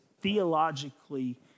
theologically